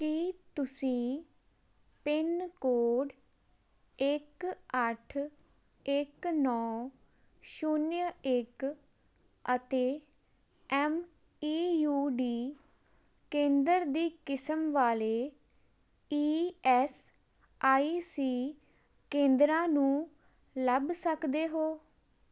ਕੀ ਤੁਸੀਂ ਪਿੰਨਕੋਡ ਇੱਕ ਅੱਠ ਇੱਕ ਨੌਂ ਸ਼ੁਨਿਆਂ ਇੱਕ ਅਤੇ ਐਮ ਈ ਯੂ ਡੀ ਕੇਂਦਰ ਦੀ ਕਿਸਮ ਵਾਲੇ ਈ ਐਸ ਆਈ ਸੀ ਕੇਂਦਰਾਂ ਨੂੰ ਲੱਭ ਸਕਦੇ ਹੋ